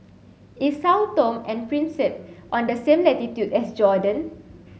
is Sao Tome and Principe on the same latitude as Jordan